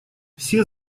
все